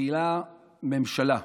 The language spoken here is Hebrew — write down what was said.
המילה "ממשלה",